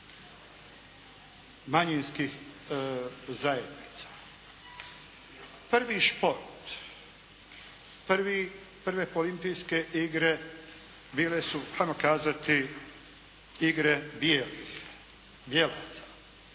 manjinskih zajednica. Prvi šport, prvi, prve olimpijske igre bile su ajmo kazati igre bijelih, bijelaca.